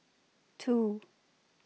two